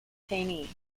detainee